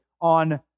on